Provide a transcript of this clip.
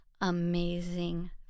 amazing